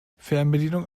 fernbedienung